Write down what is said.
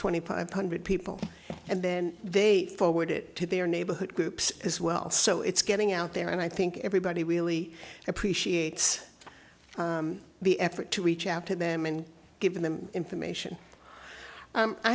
twenty five hundred people and then they forward it to their neighborhood groups as well so it's getting out there and i think everybody really appreciates the effort to reach out to them and give them information